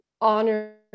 honor